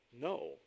no